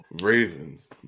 ravens